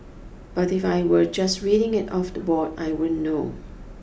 but if I were just reading it off the board I wouldn't know